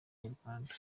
nyarwanda